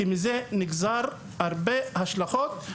כי מזה נגזרות הרבה השלכות.